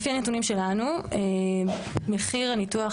לפי הנתונים שלנו, מחיר הניתוח